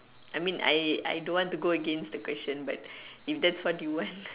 I mean I I don't want to go against the question but if that's what you want